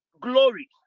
glory